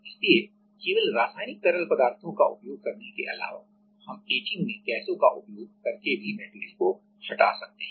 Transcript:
इसलिए केवल रासायनिक तरल पदार्थों का उपयोग करने के अलावा हम एचिंग में गैसों का उपयोग उपयोग करके भी मेटेरियल को हटाया जा सकता है